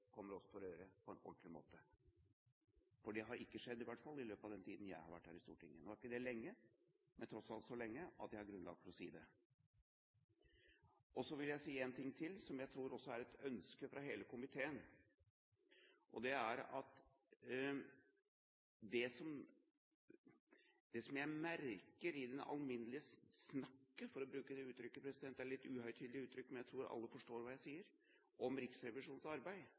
kommer oss for øre på en ordentlig måte. Det har ikke skjedd i hvert fall i løpet av den tiden jeg har vært her på Stortinget. Nå er ikke det lenge, men tross alt så lenge at jeg har grunnlag for å si det. Så vil jeg si en ting til som jeg tror er et ønske fra hele komiteen. Det som jeg merker i det alminnelige «snakket» – for å bruke det uttrykket, det er et litt uhøytidelig uttrykk, men jeg tror alle forstår hva jeg sier – om Riksrevisjonens arbeid,